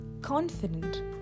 confident